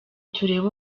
tureba